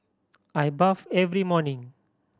I bathe every morning